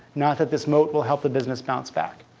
not that this moat will help the business bounce back.